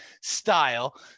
style